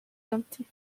dumpty